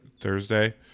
Thursday